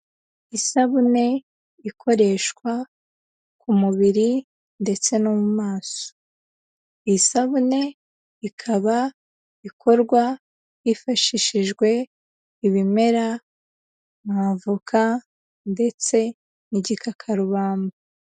Isabune ikoreshwa ku mubiri ndetse no mu maso. Iyi sabune ikaba ikorwa hifashishijwe ibimera nk'avoka ndetse n'igikakarubamba.